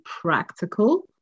practical